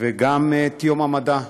וגם את יום המדע.